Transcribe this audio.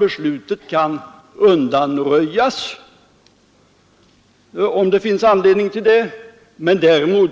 Beslutet kan undanröjas om det finns anledning till det, men däremot